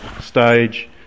stage